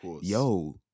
Yo